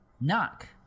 Knock